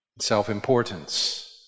self-importance